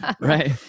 Right